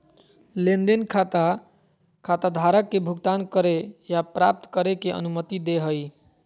लेन देन खाता खाताधारक के भुगतान करे या प्राप्त करे के अनुमति दे हइ